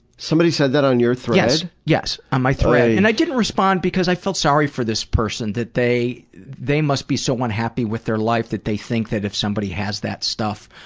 somebody said that on your thread? yes, on my thread, and i didn't respond because i felt sorry for this person that they they must be so unhappy with their life that they think that if somebody has that stuff